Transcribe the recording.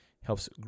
Helps